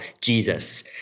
Jesus